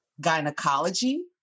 gynecology